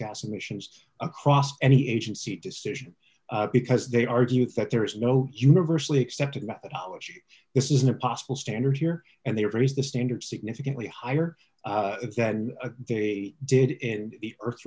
gas emissions across any agency decision because they argue that there is no universally accepted this is an impossible standard here and they raise the standard significantly higher than they did in the earth